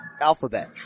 alphabet